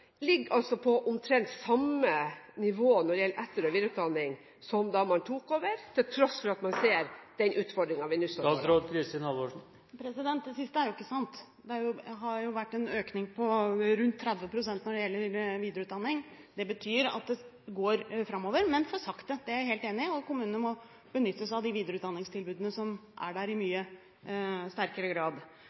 ligger på omtrent samme nivå når det gjelder etter- og videreutdanning som da man tok over, til tross for at man ser den utfordringen vi nå står overfor? Det siste er jo ikke sant. Det har vært en økning på rundt 30 pst. når det gjelder videreutdanning. Det betyr at det går framover – men for sakte. Det er jeg helt enig i. Kommunene må i mye sterkere grad benytte seg av de videreutdanningstilbudene som finnes. Det er